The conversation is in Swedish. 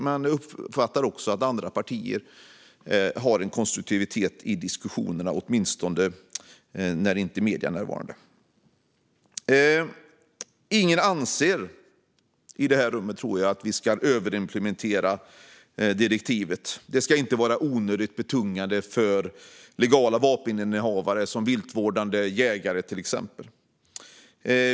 Jag uppfattar också att andra partier har en konstruktivitet i diskussionerna, åtminstone när medier inte är närvarande. Jag tror inte att någon i det här rummet anser att vi ska överimplementera direktivet. Det ska inte vara onödigt betungande för legala vapeninnehavare, till exempel viltvårdande jägare.